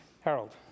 harold